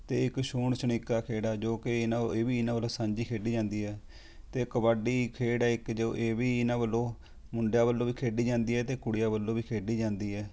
ਅਤੇ ਇੱਕ ਛੂਹਣ ਛਣੀਕਾ ਖੇਡ ਹੈ ਜੋ ਕਿ ਇਹਨਾਂ ਇਹ ਵੀ ਇਹਨਾਂ ਵੱਲੋਂ ਸਾਂਝੀ ਖੇਡੀ ਜਾਂਦੀ ਹੈ ਅਤੇ ਕਬੱਡੀ ਖੇਡ ਹੈ ਇੱਕ ਜੋ ਇਹ ਵੀ ਇਹਨਾਂ ਵੱਲੋਂ ਮੁੰਡਿਆਂ ਵੱਲੋਂ ਵੀ ਖੇਡੀ ਜਾਂਦੀ ਹੈ ਅਤੇ ਕੁੜੀਆਂ ਵੱਲੋ ਵੀ ਖੇਡੀ ਜਾਂਦੀ ਹੈ